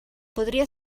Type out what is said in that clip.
podria